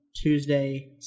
Tuesday